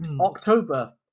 October